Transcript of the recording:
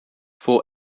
for